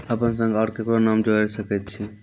अपन संग आर ककरो नाम जोयर सकैत छी?